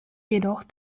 jedoch